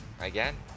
Again